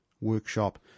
workshop